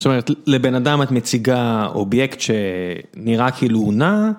זאת אומרת, לבן אדם את מציגה אובייקט שנראה כאילו הוא נע.